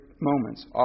moments